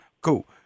Cool